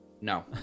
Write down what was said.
no